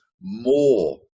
more